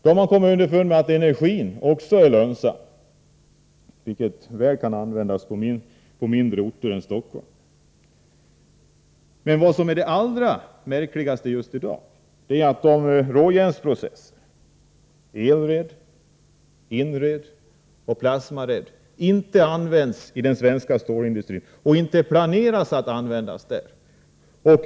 Man har kommit underfund med att även energin påverkar lönsamheten — men också mindre orter än Stockholm borde väl då kunna komma i fråga. Det allra märkligaste i dag är dock att råjärnsprocesserna — ELRED-, INRED och Plasmaredprocesserna inte används i den svenska stålindustrin. Inte heller planerar man att använda dem där.